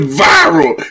viral